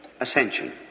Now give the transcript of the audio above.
Ascension